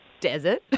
Desert